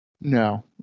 No